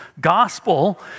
gospel